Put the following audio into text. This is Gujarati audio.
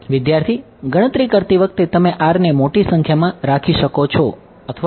વિદ્યાર્થી ગણતરી કરતી વખતે તમે r ને મોટી સંખ્યામાં રાખી શકો છો અથવા